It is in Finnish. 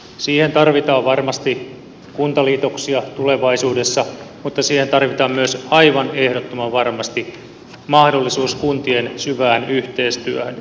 siihen tarvitaan varmasti kuntaliitoksia tulevaisuudessa mutta siihen tarvitaan myös aivan ehdottoman varmasti mahdollisuus kuntien syvään yhteistyöhön